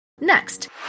Next